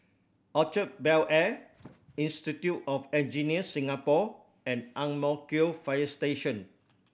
Orchard Bel Air Institute of Engineers Singapore and Ang Mo Kio Fire Station